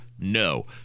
No